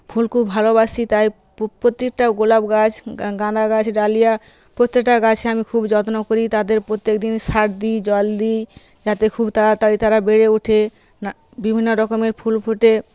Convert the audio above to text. ফুল খুব ভালোবাসি তাই প্রতিটা গোলাপ গাছ গাঁদা গাছ ডালিয়া প্রত্যেকটা গাছ আমি খুব যত্ন করি তাদের প্রত্যেকদিন সার দিই জল দিই যাতে খুব তারাতারি তারা বেড়ে ওঠে বিভিন্ন রকমের ফুল ফোটে